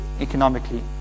economically